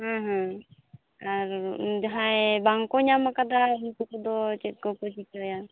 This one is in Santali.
ᱦᱮᱸ ᱦᱮᱸ ᱟᱨ ᱡᱟᱦᱟᱭ ᱵᱟᱝ ᱠᱚ ᱧᱟᱢ ᱟᱠᱟᱫᱟ ᱩᱱᱠᱩ ᱠᱚᱫᱚ ᱪᱮᱫ ᱠᱚ ᱠᱚ ᱪᱤᱠᱟᱹᱭᱟ